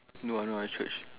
no ah no lah church